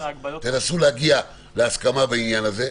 תנסו להגיע להסכמה בעניין הזה.